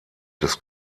des